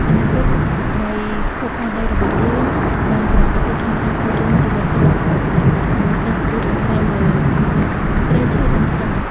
អនាគតនៃភពផែនដីរបស់យើង និងសមត្ថភាពក្នុងការទ្រទ្រង់ជីវិតគ្រប់មនុស្សសត្វ គឺអាស្រ័យលើព្រៃឈើទាំងស្រុង។